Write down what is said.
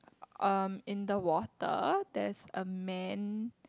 um in the water there's a man